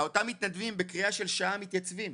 אותם מתנדבים בקריאה של שעה מתייצבים.